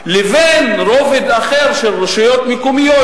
ורובד אחר של רשויות מקומיות,